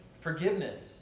forgiveness